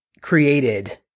created